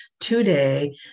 today